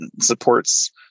supports